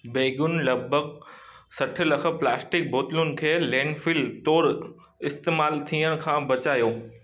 बैगुनि लॻभॻि सठि लख प्लास्टिक बोतलुनि खे लैंडफिल तौरु इस्तमालु थियण खां बचायो